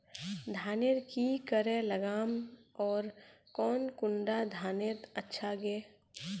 धानेर की करे लगाम ओर कौन कुंडा धानेर अच्छा गे?